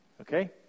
Okay